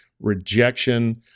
rejection